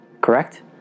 Correct